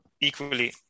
equally